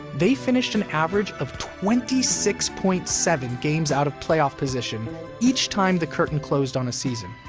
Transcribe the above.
they finished an average of twenty six point seven games out of playoff position each time the curtain closed on a season.